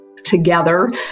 together